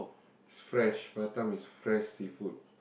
fresh Batam is fresh seafood